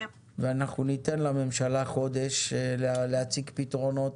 ואנחנו ניתן לממשלה חודש להציג פתרונות